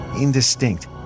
Indistinct